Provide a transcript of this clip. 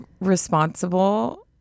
responsible